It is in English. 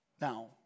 Now